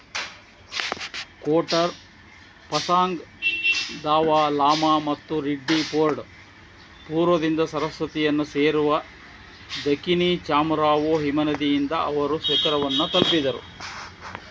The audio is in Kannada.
ಕೋಟರ್ ಪಸಾಂಗ್ ದಾವಾ ಲಾಮಾ ಮತ್ತು ರಿಡ್ಡಿಫೋರ್ಡ್ ಪೂರ್ವದಿಂದ ಸರಸ್ವತಿಯನ್ನು ಸೇರುವ ದಖಿನಿ ಚಾಮರಾವೋ ಹಿಮನದಿಯಿಂದ ಅವರು ಶಿಖರವನ್ನು ತಲುಪಿದರು